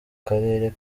karere